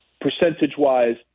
Percentage-wise